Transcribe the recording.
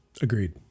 Agreed